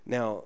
Now